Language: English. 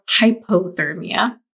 hypothermia